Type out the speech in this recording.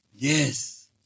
Yes